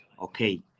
okay